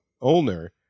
owner